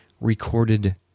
recorded